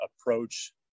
approach